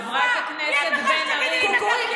אני אפריע לך בכל מילה שתגידי.